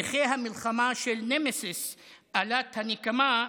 שליחי המלחמה של נמסיס, אלת הנקמה,